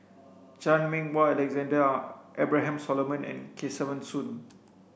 Chan Meng Wah Alexander Abraham Solomon and Kesavan Soon